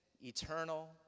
eternal